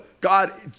God